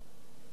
למה הם מתעקשים?